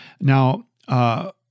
now